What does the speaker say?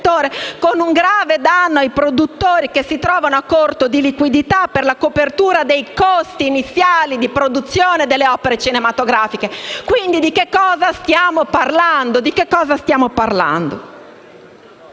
con un grave danno per i produttori che si trovano a corto di liquidità per la copertura dei costi iniziali di produzione delle opere cinematografiche. Quindi, di che cosa stiamo parlando?